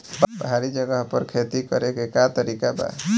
पहाड़ी जगह पर खेती करे के का तरीका बा?